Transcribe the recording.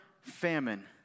famine